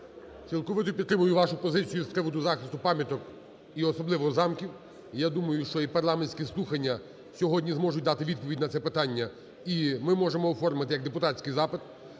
Цілковито підтримую вашу позицію з приводу захисту пам'яток і особливо замків. Я думаю, що і парламентські слухання сьогодні зможуть дати відповідь на це питання і ми можемо оформити як депутатський запит